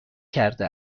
کرده